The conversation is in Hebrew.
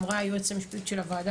אמרה היועצת המשפטית של הוועדה,